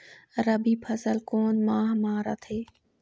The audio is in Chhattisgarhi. रबी फसल कोन माह म रथे?